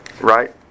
right